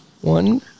One